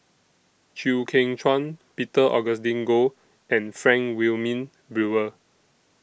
Chew Kheng Chuan Peter Augustine Goh and Frank Wilmin Brewer